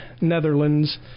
Netherlands